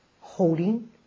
holding